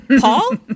Paul